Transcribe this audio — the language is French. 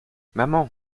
maman